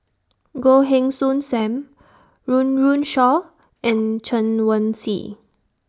Goh Heng Soon SAM Run Run Shaw and Chen Wen Hsi